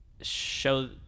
show